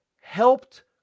helped